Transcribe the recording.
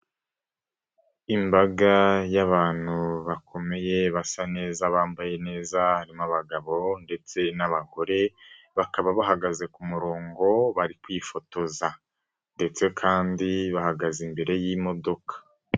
Imbaga y'abantu bakomeye basa neza bambaye neza harimo abagabo ndetse n'abagore bakaba bahagaze ku murongo bari kwifotoza ndetse kandi bahagaze imbere y'imodoka.